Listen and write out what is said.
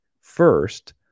first